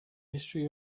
history